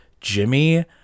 Jimmy